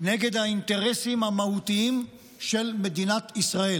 נגד האינטרסים המהותיים של מדינת ישראל.